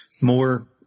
more